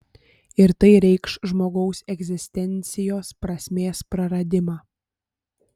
ir tai reikš žmogaus egzistencijos prasmės praradimą